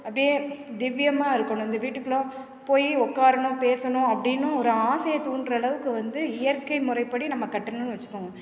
அப்படியே திவ்யமாக இருக்கணும் இந்த வீட்டுக்கெல்லாம் போய் உட்காரணும் பேசணும் அப்படின்னு ஒரு ஆசையைத் தூண்டுற அளவுக்கு வந்து இயற்கை முறைப்படி நம்ம கட்டுனோம்னு வச்சிக்கோங்க